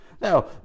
Now